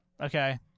Okay